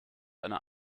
einer